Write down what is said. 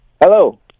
Hello